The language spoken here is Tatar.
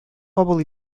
кабул